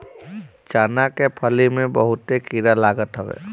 चना के फली में बहुते कीड़ा लागत हवे